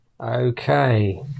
Okay